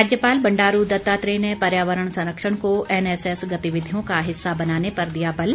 राज्यपाल बंडारू दत्तात्रेय ने पर्यावरण संरक्षण को एनएसएस गतिविधियों का हिस्सा बनाने पर दिया बल